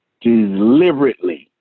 deliberately